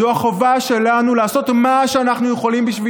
זו החובה שלנו לעשות מה שאנחנו יכולים בשביל